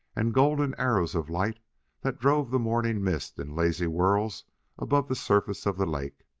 and golden arrows of light that drove the morning mist in lazy whirls above the surface of the lake.